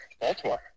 Baltimore